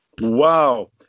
wow